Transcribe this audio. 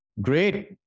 Great